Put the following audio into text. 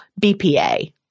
BPA